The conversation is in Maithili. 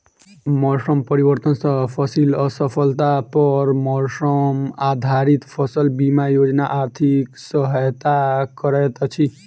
मौसम परिवर्तन सॅ फसिल असफलता पर मौसम आधारित फसल बीमा योजना आर्थिक सहायता करैत अछि